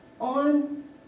on